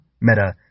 meta